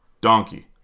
Donkey